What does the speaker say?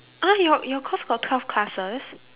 !huh! your your course got twelve classes